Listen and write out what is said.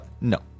no